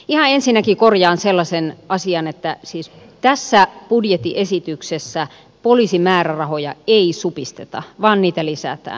ihan ensinnäkin korjaan sellaisen asian että siis tässä budjettiesityksessä poliisin määrärahoja ei supisteta vaan niitä lisätään